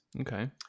Okay